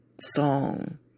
song